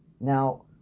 Now